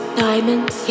diamonds